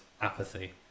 apathy